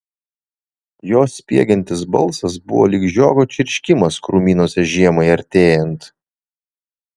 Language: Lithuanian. jos spiegiantis balsas buvo lyg žiogo čirškimas krūmynuose žiemai artėjant